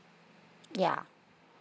ya